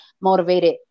motivated